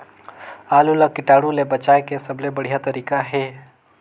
आलू ला कीटाणु ले बचाय के सबले बढ़िया तारीक हे?